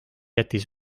jättis